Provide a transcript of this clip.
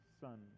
son